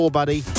buddy